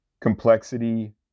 Complexity